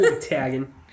Tagging